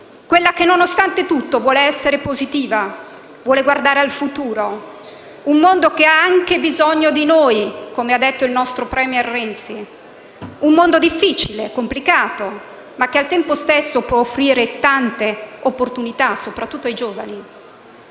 quella che, nonostante tutto, vuole essere positiva, vuole guardare al futuro, ad un mondo che ha anche bisogno di noi - come ha detto il nostro *premier* Renzi - ad un mondo difficile e complicato, ma che al tempo stesso può offrire tante opportunità, soprattutto ai giovani.